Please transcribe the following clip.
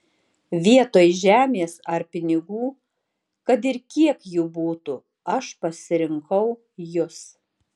vietoj žemės ar pinigų kad ir kiek jų būtų aš pasirinkau jus